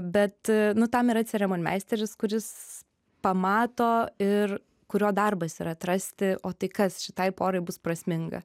bet nu tam yra ceremonmeisteris kuris pamato ir kurio darbas yra atrasti o tai kas šitai porai bus prasminga